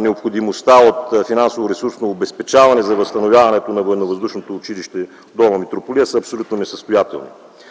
необходимостта от финансово-ресурсно обезпечаване за възстановяването на Военновъздушното училище в Долна Митрополия, са абсолютно несъстоятелни.